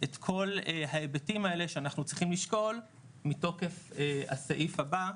את כל ההיבטים האלה שאנחנו צריכים לשקול מתוקף הסעיף הבא.